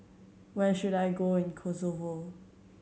where should I go in Kosovo